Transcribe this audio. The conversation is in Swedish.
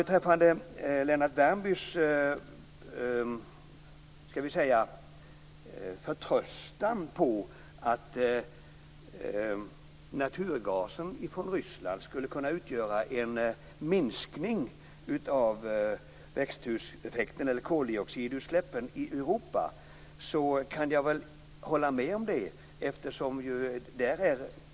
Beträffande Lennart Värmbys förtröstan på att naturgasen från Ryssland skulle kunna utgöra en minskning av växthuseffekten eller koldioxidutsläppen i Europa kan jag hålla med om det.